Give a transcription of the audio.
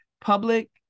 Public